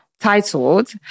titled